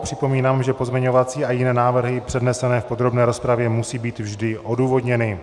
Připomínám, že pozměňovací a jiné návrhy přednesené v podrobné rozpravě musí být vždy odůvodněny.